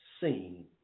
seen